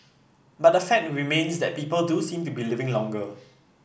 but the fact remains that people do seem to be living longer